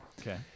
Okay